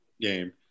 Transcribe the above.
game